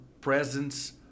presence